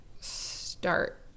start